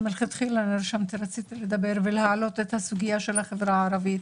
שמלכתחילה רציתי לדבר ולהעלות את הסוגיה של החברה הערבית,